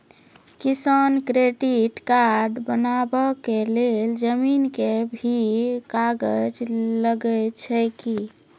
किसान credit card बनबा के लेल जमीन के भी कागज लागै छै कि?